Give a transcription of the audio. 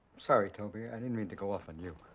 sorry, toby. i didn't mean to go off on you.